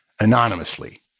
anonymously